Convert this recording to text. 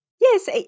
Yes